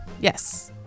Yes